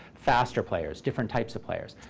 faster players, different types of players.